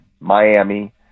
Miami